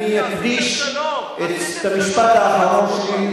אני אקדיש את המשפט האחרון שלי,